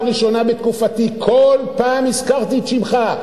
ראשונה בתקופתי: כל פעם הזכרתי את שמך.